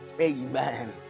Amen